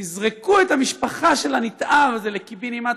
ויזרקו את המשפחה של הנתעב הזה לקיבינימט,